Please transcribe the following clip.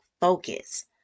focus